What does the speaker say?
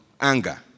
anger